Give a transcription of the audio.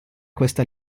questa